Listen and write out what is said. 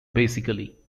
basically